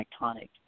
iconic